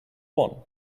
one